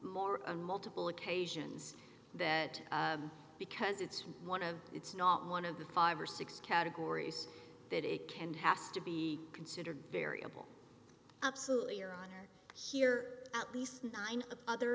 of multiple occasions that because it's one of it's not one of the five or six categories that it can has to be considered variable absolutely or on or here at least nine other